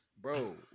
Bro